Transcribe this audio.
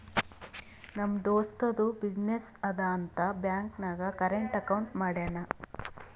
ನಮ್ ದೋಸ್ತದು ಬಿಸಿನ್ನೆಸ್ ಅದಾ ಅಂತ್ ಬ್ಯಾಂಕ್ ನಾಗ್ ಕರೆಂಟ್ ಅಕೌಂಟ್ ಮಾಡ್ಯಾನ್